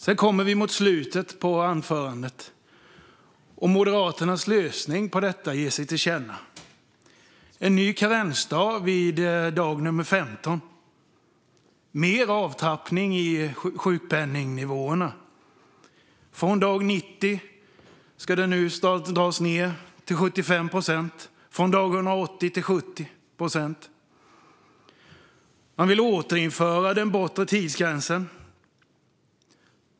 Sedan kom vi mot slutet av anförandet, och Moderaternas lösning på detta gav sig till känna: en ny karensdag vid dag 15 och mer avtrappning i sjukpenningnivåerna. Från dag 90 ska sjukpenningen nu dras ned till 75 procent och från dag 180 till 70 procent. Man vill återinföra den bortre tidsgränsen.